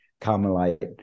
Carmelite